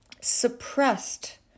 suppressed